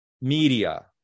Media